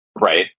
Right